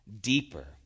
deeper